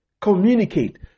Communicate